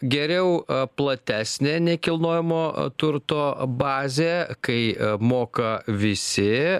geriau platesnė nekilnojamo turto bazė kai moka visi